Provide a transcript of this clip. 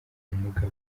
umugabo